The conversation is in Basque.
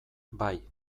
bai